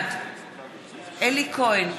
בעד אלי כהן,